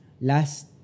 last